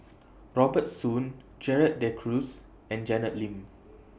Robert Soon Gerald De Cruz and Janet Lim